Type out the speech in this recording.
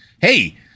hey